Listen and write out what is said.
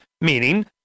meaning